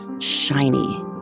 shiny